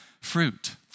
fruit